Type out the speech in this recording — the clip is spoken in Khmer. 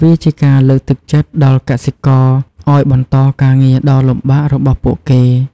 វាជាការលើកទឹកចិត្តដល់កសិករឱ្យបន្តការងារដ៏លំបាករបស់ពួកគេ។